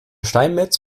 steinmetz